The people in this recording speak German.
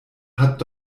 hat